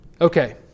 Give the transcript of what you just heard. okay